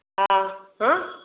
हा हा